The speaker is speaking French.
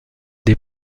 des